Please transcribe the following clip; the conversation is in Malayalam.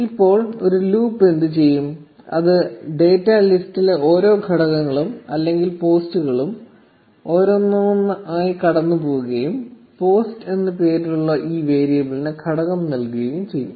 ഇപ്പോൾ ഈ ലൂപ്പ് എന്തു ചെയ്യും അത് ഡാറ്റ ലിസ്റ്റിലെ ഓരോ ഘടകങ്ങളും അല്ലെങ്കിൽ പോസ്റ്റുകളും ഓരോന്നായി കടന്നുപോകുകയും പോസ്റ്റ് എന്ന് പേരുള്ള ഈ വേരിയബിളിന് ഘടകം നൽകുകയും ചെയ്യും